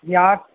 या